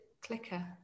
clicker